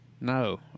No